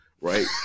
right